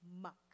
muck